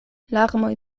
larmoj